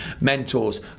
mentors